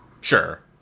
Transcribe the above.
Sure